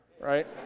right